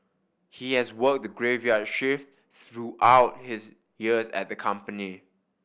he has worked the graveyard shift throughout his years at the company